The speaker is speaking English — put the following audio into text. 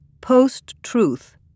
post-truth